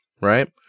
right